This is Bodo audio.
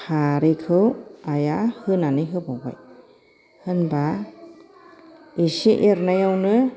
खारैखौ आइया होनानै होबावबाय होनबा एसे एरनायावनो